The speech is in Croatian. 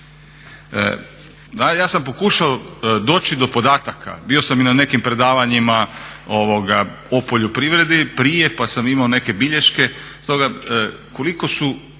Ja sam pokušao doći do podataka, bio sam i na nekim predavanjima o poljoprivredi prije, pa sam imao neke bilješke. Stoga koliko su